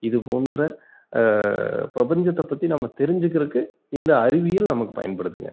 இது போன்ற பிரபஞ்சத்தை பற்றி நம்ம தெரிஞ்சுக்கிறக்கு இந்த அறிவியல் நமக்கு பயன்படுதுங்க